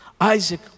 Isaac